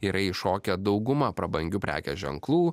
yra iššokę dauguma prabangių prekės ženklų